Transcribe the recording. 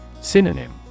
Synonym